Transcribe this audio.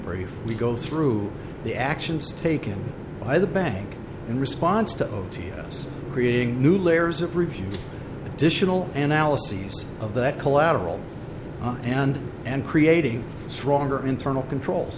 brief we go through the actions taken by the bank in response to o t s creating new layers of review additional analyses of that collateral and and creating stronger internal controls